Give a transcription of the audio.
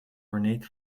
ornate